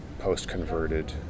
post-converted